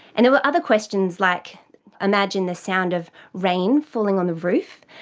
and there were other questions like imagine the sound of rain falling on the roof,